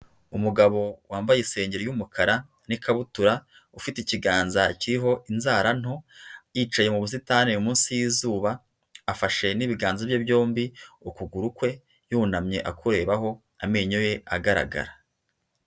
Umugabo wambaye isengeri y'umukara n'ikabutura ufite ikiganza kiriho inzara nto, yicaye mu busitani munsi y'izuba afashe n'ibiganza bye byombi ukuguru kwe yunamye akurebaho amenyo ye agaragara.